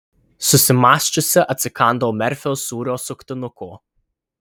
susimąsčiusi atsikandau merfio sūrio suktinuko